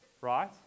Right